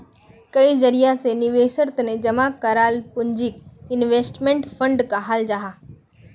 कई जरिया से निवेशेर तने जमा कराल पूंजीक इन्वेस्टमेंट फण्ड कहाल जाहां